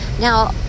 Now